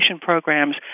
programs